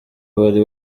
bari